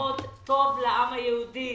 כמה אתם עוד רוצים שאני